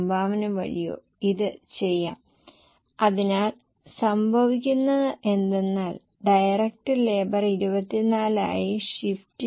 മുൻവർഷത്തെ അതേ സാഹചര്യം ഞങ്ങൾ പ്രയോഗിക്കും എന്നാൽ അതിന് നികുതി നിരക്ക് കണക്കാക്കുന്നതാണ് നല്ലത്